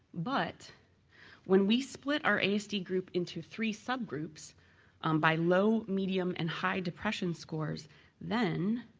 but when we split our asd group into three subgroups um by low, medium and high depression scores then,